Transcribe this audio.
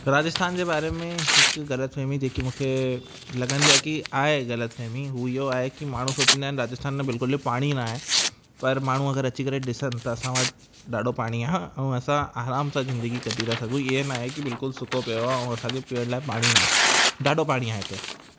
राजस्थान जे बारे में हिकु ग़लतफ़हिमी जेकी मूंखे लॻंदी आहे की आहे ग़लतफ़हिमी उहो इहो आहे की माण्हू सोचींदा आहिनि की राजस्थान में बिल्कुल बि पाणी न आहे पर माण्हू अगरि अची करे ॾिसनि त असां वटि ॾाढो पाणी आहे ऐं असां आराम सां ज़िंदगी कटे था सघूं ईअं ना आहे की बिल्कुलु सुको पियो आहे ऐं असांखे पीअण लाइ पाणी न आहे ॾाढो पाणी आहे हिते